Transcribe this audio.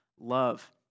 love